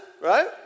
Right